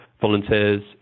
volunteers